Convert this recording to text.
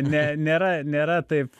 ne nėra nėra taip